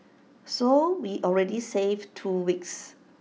so we already save two weeks